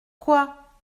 quoi